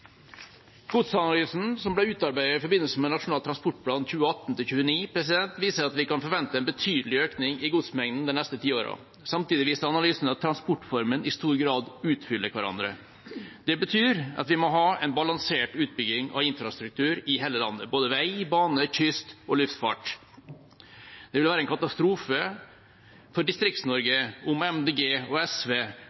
Godsanalysen som ble utarbeidet i forbindelse med Nasjonal transportplan for 2018–2029, viser at vi kan forvente en betydelig økning i godsmengden de neste ti årene. Samtidig viser analysen at transportformene i stor grad utfyller hverandre. Det betyr at vi må ha en balansert utbygging av infrastruktur i hele landet – både vei, bane, kyst og luftfart. Det vil være en katastrofe for